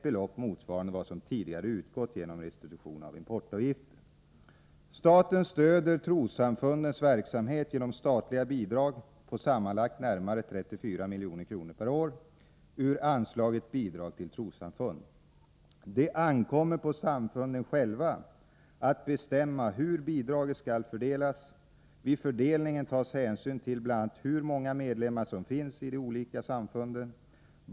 Staten stöder trossamfundens verksamhet genom statliga bidrag på sammanlagt närmare 34 milj.kr. per år ur anslaget Bidrag till trossamfund. Det ankommer på samfunden själva att bestämma hur bidraget skall fördelas. Vid fördelningen tas hänsyn till bl.a. hur många medlemmar som finns i de olika samfunden.